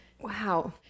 Wow